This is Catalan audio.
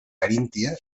caríntia